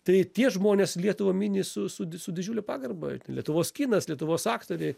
tai tie žmonės lietuvą mini su su su didžiulia pagarba lietuvos kinas lietuvos aktoriai